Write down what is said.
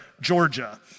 Georgia